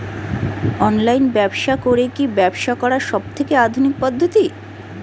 Online ব্যবসা করে কি ব্যবসা করার সবথেকে আধুনিক পদ্ধতি?